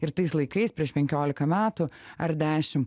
ir tais laikais prieš penkiolika metų ar dešim